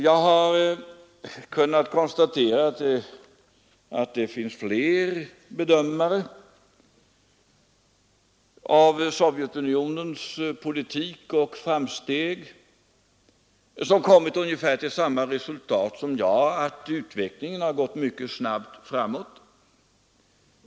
Jag har kunnat konstatera att flera bedömare av Sovjetunionens politik och framsteg har kommit till ungefär samma slutsats som jag, att utvecklingen har gått mycket snabbt framåt.